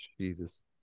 Jesus